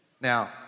Now